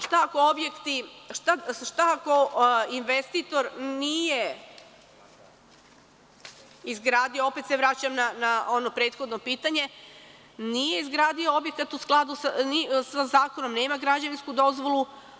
Šta ako investitor nije izgradio, opet se vraćam na ono prethodno pitanje, nije izgradio objekat u skladu sa zakonom, nema građevinsku dozvolu?